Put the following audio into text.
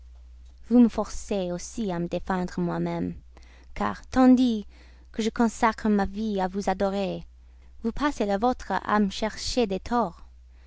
vous me forcez aussi à me défendre moi-même car tandis que je consacre ma vie à vous adorer vous passez la vôtre à me chercher des torts